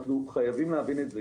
אנחנו חייבים להבין את זה.